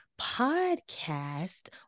podcast